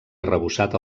arrebossat